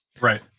Right